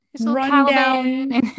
Rundown